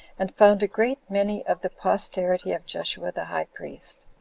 and found a great many of the posterity of jeshua the high priest,